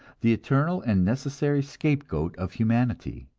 the eternal and necessary scapegoat of humanity.